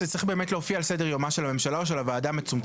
היום באמת צריך להופיע על סדר יומה של הממשלה או של הוועדה המצומצמת.